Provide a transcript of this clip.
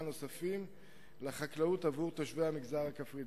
נוספים לחקלאות עבור תושבי המגזר הכפרי.